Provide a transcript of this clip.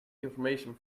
information